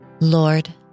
Lord